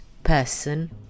person